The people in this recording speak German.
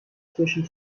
zwischen